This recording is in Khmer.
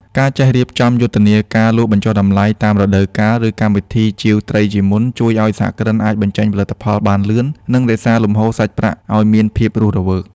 ការចេះរៀបចំយុទ្ធនាការលក់បញ្ចុះតម្លៃតាមរដូវកាល ឬកម្មវិធីជាវត្រីជាមុន ជួយឱ្យសហគ្រិនអាចបញ្ចេញផលិតផលបានលឿន និងរក្សាលំហូរចរន្តសាច់ប្រាក់ឱ្យមានភាពរស់រវើក។